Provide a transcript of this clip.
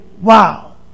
wow